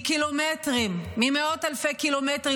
מקילומטרים, ממאות אלפי קילומטרים.